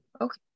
okay